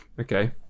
okay